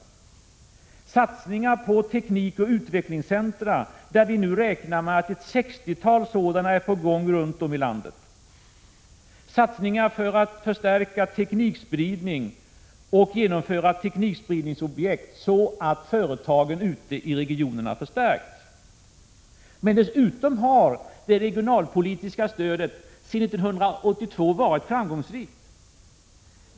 Det är fråga om satsningar på teknikoch utvecklingscentra, och vi räknar med att ett sextiotal sådana är på gång runt om i landet. Det gäller satsningar för att öka teknikspridning och genomföra teknikspridningsobjekt så att företagen ute i regionerna förstärks. Dessutom har det regionalpolitiska stödet sedan 1982 varit framgångsrikt.